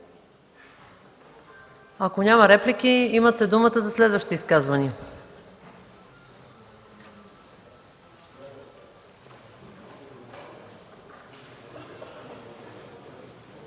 Ако няма реплики, имате думата за следващо изказване.